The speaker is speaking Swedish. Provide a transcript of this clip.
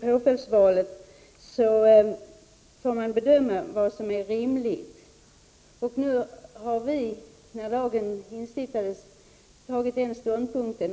påföljdsvalet får man bedöma vad som är rimligt. När lagen stiftades intog vi den stånd punkten.